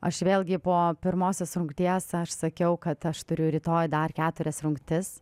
aš vėlgi po pirmosios rungties aš sakiau kad aš turiu rytoj dar keturias rungtis